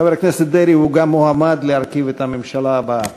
חבר הכנסת דרעי הוא גם המועמד להרכיב את הממשלה הבאה.